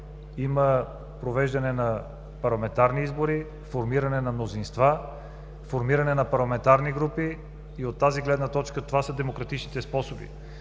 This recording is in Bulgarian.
има провеждане на парламентарни избори, формиране на мнозинства, формиране на парламентарни групи и от тази гледна точка това са демократичните способи.